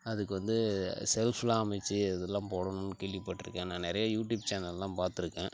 அதுக்கு வந்து செல்ஃபுலாம் அமைச்சி இது இதெல்லாம் போடணும்னு கேள்விப்பட்டிருக்கேன் நான் நிறைய யூடியூப் சேனல்லாம் பார்த்துருக்கேன்